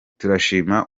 turashima